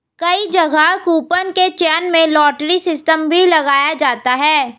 कई जगह कूपन के चयन में लॉटरी सिस्टम भी लगाया जाता है